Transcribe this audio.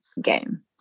game